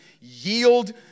Yield